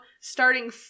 starting